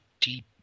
deep